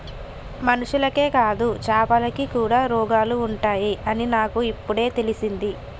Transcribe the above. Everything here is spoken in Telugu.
మనుషులకే కాదు చాపలకి కూడా రోగాలు ఉంటాయి అని నాకు ఇపుడే తెలిసింది